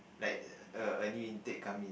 like a a new intake come in